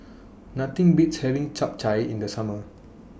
Nothing Beats having Chap Chai in The Summer